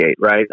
right